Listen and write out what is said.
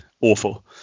awful